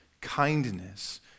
Kindness